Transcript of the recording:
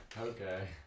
Okay